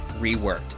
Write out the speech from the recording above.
reworked